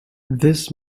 this